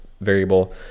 variable